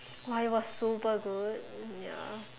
!wah! it was super good ya